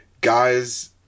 guys